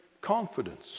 confidence